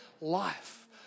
life